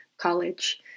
college